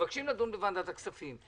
מבקשים לדון בוועדת הכספים.